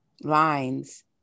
lines